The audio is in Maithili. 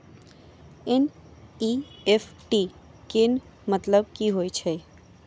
एन.ई.एफ.टी केँ मतलब की होइत अछि?